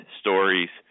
stories